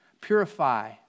purify